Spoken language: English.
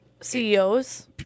CEOs